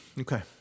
Okay